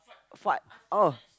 fart oh